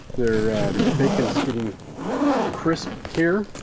there bacon is getting crisp here.